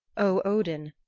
o odin,